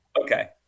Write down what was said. Okay